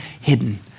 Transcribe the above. hidden